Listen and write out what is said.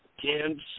ten